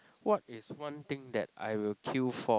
what is one thing that I will queue for